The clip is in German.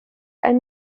ein